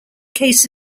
case